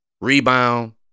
rebound